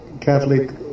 Catholic